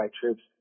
troops